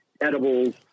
edibles